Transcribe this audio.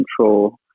control